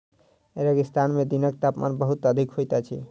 रेगिस्तान में दिनक तापमान बहुत अधिक होइत अछि